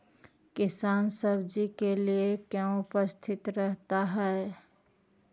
किसान सब्जी के लिए क्यों उपस्थित रहता है?